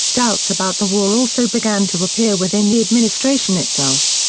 doubts about the war also began to appear within the administration itself.